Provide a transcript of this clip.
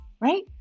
right